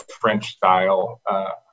French-style